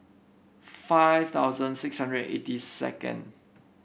five thousand six hundred eighty second